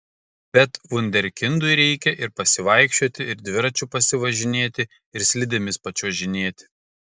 bet vunderkindui reikia ir pasivaikščioti ir dviračiu pasivažinėti ir slidėmis pačiuožinėti